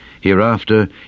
Hereafter